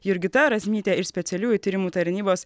jurgita razmytė iš specialiųjų tyrimų tarnybos